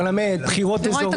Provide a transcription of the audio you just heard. ברור מה יהיה.